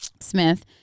Smith